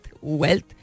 wealth